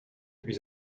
plus